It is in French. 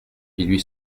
huit